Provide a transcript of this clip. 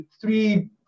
three